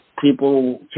people